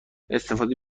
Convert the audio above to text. استفاده